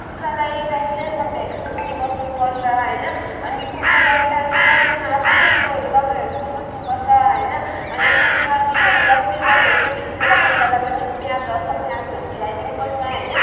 कुखुरालाई टाइम टाइममा भ्याक्सिन दिइबस्नुपर्छ होइन अनि कुखुरालाई टाइम टाइममा सबै उयोहरू दबाईहरू दिइबस्नुपर्छ होइन अनि कुखुरा बिमारी जब बिमारी हुन्छ त्यति बेला कुखुरालाई पनि प्याज हल्का प्याजहरू खुवाई दिनुपर्छ होइन